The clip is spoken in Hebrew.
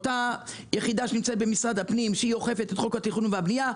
אותה יחידה שנמצאת במשרד הפנים ושאוכפת את חוק התכנון והבנייה,